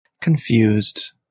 confused